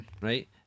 right